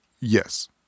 Yes